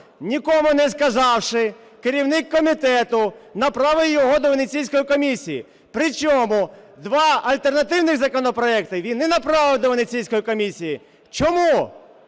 Нікому не сказавши, керівник комітету направив його до Венеційської комісії, при цьому два альтернативних законопроекти він не направив до Венеційської комісії. Чому